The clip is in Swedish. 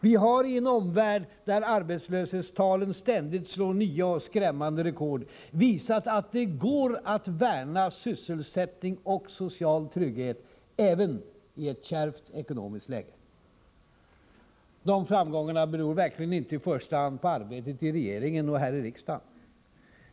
Vi har—i en omvärld där arbetslöshetstalen ständigt slår nya och skrämmande rekord — visat att det går att värna sysselsättning och social trygghet även i ett kärvt ekonomiskt läge. Dessa framgångar beror inte i första hand på arbetet i regeringen och här i riksdagen.